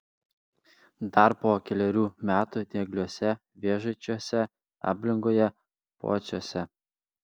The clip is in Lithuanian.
dar po kelerių metų diegliuose vėžaičiuose ablingoje pociuose